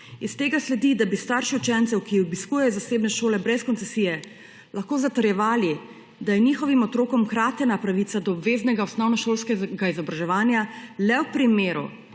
Iz tega sledi, da bi starši učencev, ki obiskujejo zasebne šole brez koncesije, lahko zatrjevali, da je njihovim otrokom kratena pravica do obveznega osnovnošolskega izobraževanja le v primeru,